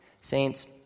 Saints